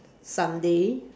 sunday